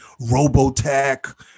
Robotech